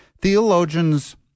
Theologians